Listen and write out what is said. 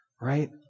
right